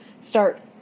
start